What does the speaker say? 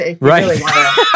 right